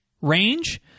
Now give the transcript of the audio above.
range